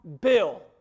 Bill